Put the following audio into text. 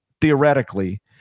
theoretically